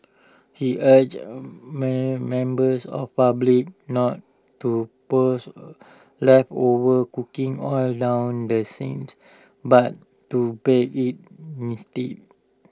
he urged man members of public not to pours leftover cooking oil down the sink but to bag IT instead